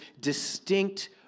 distinct